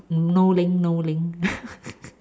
no link no link